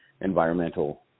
environmental